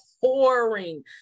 pouring